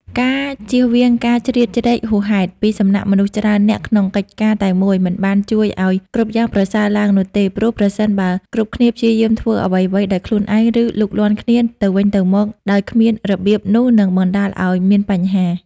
ការជៀសវាងការជ្រៀតជ្រែកហួសហេតុ ពីសំណាក់មនុស្សច្រើននាក់ក្នុងកិច្ចការតែមួយមិនបានជួយឲ្យគ្រប់យ៉ាងប្រសើរឡើងនោះទេ ព្រោះប្រសិនបើគ្រប់គ្នាព្យាយាមធ្វើអ្វីៗដោយខ្លួនឯង ឬលូកលាន់គ្នាទៅវិញទៅមកដោយគ្មានរបៀប នោះនឹងបណ្ដាលឲ្យមានបញ្ហា។